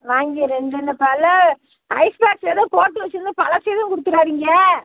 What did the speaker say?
வாங்கி ரெண்டுன்னு பல ஐஸ் பாக்ஸ் எதுவும் போட்டு வச்சுருந்து பழசு எதுவும் கொடுத்துறாதீங்க